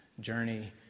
journey